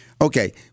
Okay